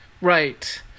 Right